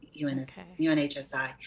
UNHSI